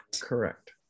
Correct